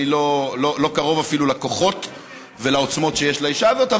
אני לא קרוב אפילו לכוחות ולעוצמות שיש לאישה הזאת.